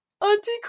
Auntie